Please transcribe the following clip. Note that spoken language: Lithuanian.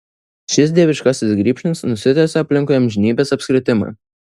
šis dieviškasis grybšnis nusitęsia aplinkui amžinybės apskritimą